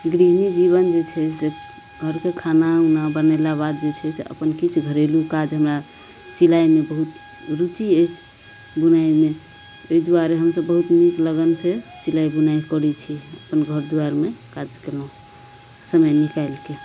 गृहणी जीवन जे छै से घरके खाना उना बनेला बाद जे छै से अपन किछु घरेलू काज हमरा सिलाइमे बहुत रुचि अछि बुनाइमे ओहि दुआरे हमसभ बहुत नीक लगन से सिलाइ बुनाइ करै छी अपन घर दुआरिमे काज केलहु समय निकालिके